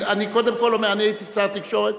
אני הייתי שר התקשורת,